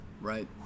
Right